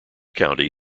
county